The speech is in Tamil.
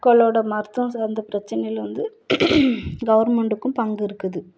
மக்களோட மருத்துவம் சார்ந்த பிரச்சனையில வந்து கவர்மெண்ட்டுக்கும் பங்கு இருக்குது